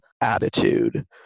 attitude